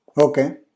Okay